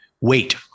Wait